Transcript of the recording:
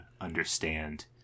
understand